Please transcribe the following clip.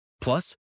Plus